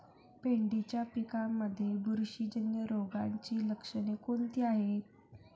भेंडीच्या पिकांमध्ये बुरशीजन्य रोगाची लक्षणे कोणती आहेत?